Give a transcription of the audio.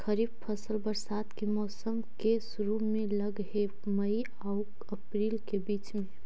खरीफ फसल बरसात के मौसम के शुरु में लग हे, मई आऊ अपरील के बीच में